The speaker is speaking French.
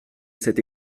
cette